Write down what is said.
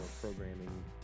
programming